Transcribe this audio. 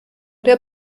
der